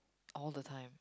all the time